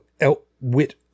outwit